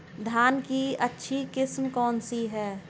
धान की अच्छी किस्म कौन सी है?